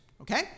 okay